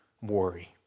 worry